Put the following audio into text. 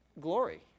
glory